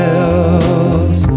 else